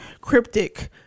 cryptic